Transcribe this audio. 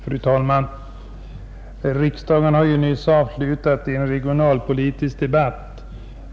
Fru talman! Riksdagen har nyss avslutat en regionalpolitisk debatt.